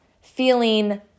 feeling